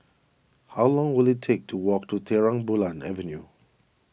how long will it take to walk to Terang Bulan Avenue